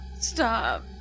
Stop